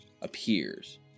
appears